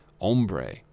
Ombre